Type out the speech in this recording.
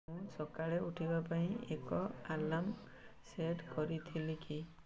ମୁଁ ସକାଳେ ଉଠିବା ପାଇଁ ଏକ ଆଲାର୍ମ ସେଟ୍ କରିଥିଲି କି